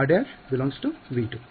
ಆದ್ದರಿಂದ ಇಲ್ಲಿ r ′∈ V2